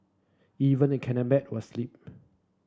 even the was slip